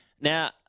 Now